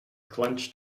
clenched